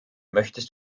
möchtest